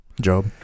Job